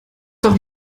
doch